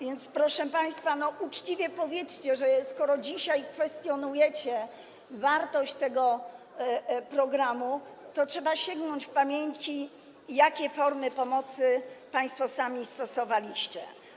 Więc, proszę państwa, uczciwie powiedzcie, że skoro dzisiaj kwestionujecie wartość tego programu, to trzeba sięgnąć w pamięci do tego, jakie formy pomocy państwo sami stosowaliście.